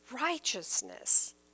righteousness